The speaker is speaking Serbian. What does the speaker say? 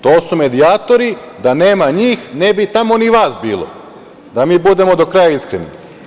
To su medijatori, da nema njih ne bi tamo ni vas bilo, da mi budemo do kraja iskreni.